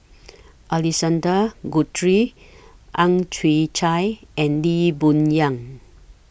Alexander Guthrie Ang Chwee Chai and Lee Boon Yang